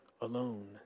alone